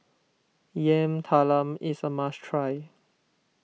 Yam Talam is a must try